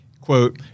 quote